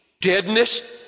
deadness